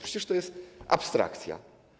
Przecież to jest abstrakcja.